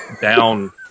down